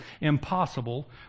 impossible